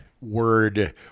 word